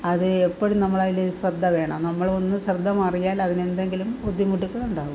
അത് എപ്പോഴും നമ്മളതിൽ ശ്രദ്ധ വേണം നമ്മളൊന്ന് ശ്രദ്ധ മാറിയാൽ അതിനെന്തെങ്കിലും ബുദ്ധിമുട്ടൊക്കെയുണ്ടാവും